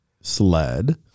SLED